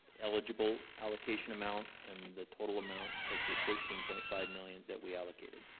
eligible allocation amount and the total amount which was thirteen point five million that we allocated.